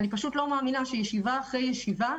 אני פשוט לא מאמינה שישיבה אחרי ישיבה,